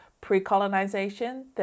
pre-colonization